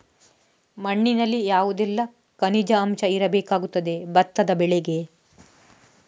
ಮಣ್ಣಿನಲ್ಲಿ ಯಾವುದೆಲ್ಲ ಖನಿಜ ಅಂಶ ಇರಬೇಕಾಗುತ್ತದೆ ಭತ್ತದ ಬೆಳೆಗೆ?